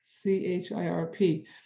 C-H-I-R-P